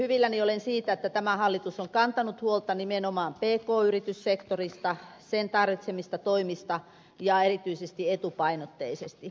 hyvilläni olen siitä että tämä hallitus on kantanut huolta nimenomaan pk yrityssektorista sen tarvitsemista toimista ja erityisesti etupainotteisesti